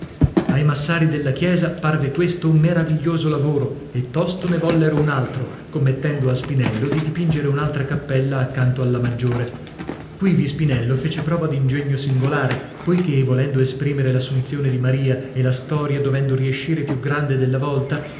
ai massari della chiesa parve questo un meraviglioso lavoro e tosto ne vollero un altro commettendo a spinello di dipingere un'altra cappella accanto alla maggiore quivi spinello fece prova d'ingegno singolare poichè volendo esprimere l'assunzione di maria e la storia dovendo riescire più grande della vòlta